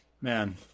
Man